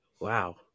Wow